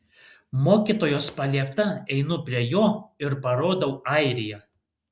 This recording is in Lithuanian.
mokytojos paliepta einu prie jo ir parodau airiją